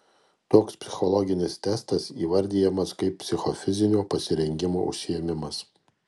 toks psichologinis testas įvardijamas kaip psichofizinio pasirengimo užsiėmimas